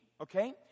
Okay